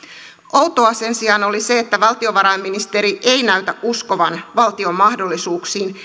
outoa sen sijaan oli se että valtiovarainministeri ei näytä uskovan valtion mahdollisuuksiin